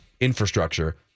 infrastructure